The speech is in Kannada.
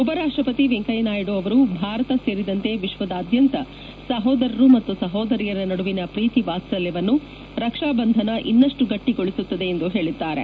ಉಪರಾಷ್ಟಪತಿ ವೆಂಕಯ್ಯನಾಯ್ಡು ಅವರು ಭಾರತ ಸೇರಿದಂತೆ ವಿಶ್ವದಾದ್ಯಂತ ಸಹೋದರರು ಹಾಗೂ ಸಹೋದರಿಯರ ನಡುವಿನ ಪ್ರೀತಿ ವಾತ್ಪಲ್ಯವನ್ನು ರಕ್ಷಾಬಂಧನ ಇನ್ನಷ್ನು ಗಟ್ಟಿಗೊಳಿಸುತ್ತದೆ ಎಂದು ಹೇಳಿದ್ದಾರೆ